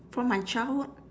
from my childhood